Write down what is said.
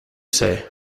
say